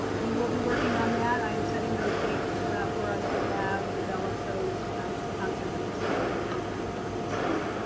we will be working on that. i'm setting those dates for us to have developed those in concert with superintendent lee-sung.